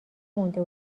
مونده